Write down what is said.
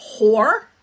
whore